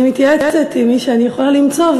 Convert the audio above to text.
אני מתייעצת עם מי שאני יכולה למצוא,